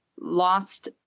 Lost